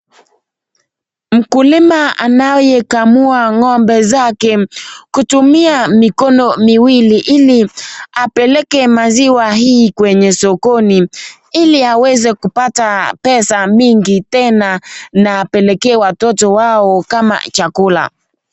Mkulima anaye kamua ngombe zake kutumia mikono miwili ili apeleke maziwa hii kwenye sokoni. iliakaweze kupata pesa mingi tena, na apelekee watoto wao kama chakula.